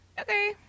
Okay